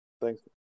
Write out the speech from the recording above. Thanks